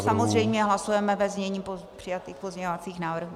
Samozřejmě hlasujeme ve znění přijatých pozměňovacích návrhů.